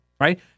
right